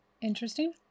interesting